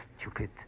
stupid